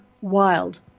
wild